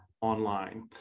online